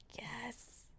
Yes